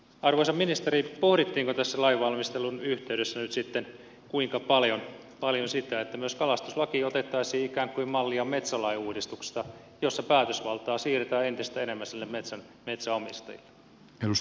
arvoisa ministeri pohdittiinko tässä lainvalmistelun yhteydessä nyt sitten kuinka paljon sitä että myös kalastuslakiin otettaisiin ikään kuin mallia metsälain uudistuksesta jossa päätösvaltaa siirretään entistä enemmän sille metsänomistajalle